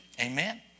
Amen